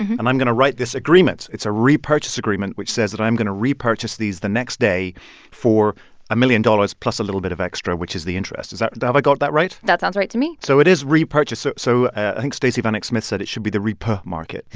and i'm going to write this agreement. it's a repurchase agreement which says that i'm going to repurchase these the next day for a million dollars plus a little bit of extra, which is the interest. is that and have i got that right? that sounds right to me so it is repurchase. so so i think stacey vanek smith said it should be the repa market, not the.